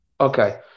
Okay